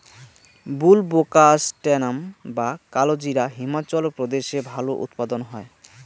বুলবোকাস্ট্যানাম বা কালোজিরা হিমাচল প্রদেশে ভালো উৎপাদন হয়